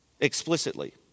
explicitly